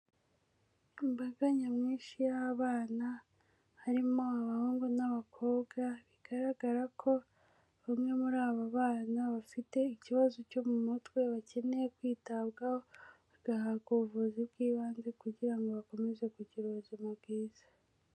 Imbaga nyamwinshi y'abana harimo abahungu n'abakobwa bigaragara ko bamwe muri aba bana bafite ikibazo cyo mu mutwe, bakeneye kwitabwaho, bagahabwa ubuvuzi bw'ibanze kugira ngo bakomeze kugira ubuzima bwiza.